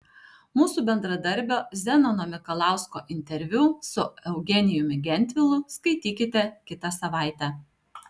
mūsų bendradarbio zenono mikalausko interviu su eugenijumi gentvilu skaitykite kitą savaitę